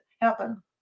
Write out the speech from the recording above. happen